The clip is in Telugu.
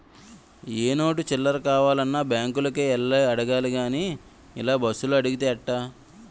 ఏ నోటు చిల్లర కావాలన్నా బాంకులకే యెల్లి అడగాలి గానీ ఇలా బస్సులో అడిగితే ఎట్టా